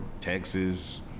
Texas